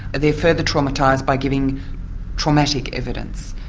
they're further traumatised by giving traumatic evidence.